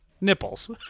Nipples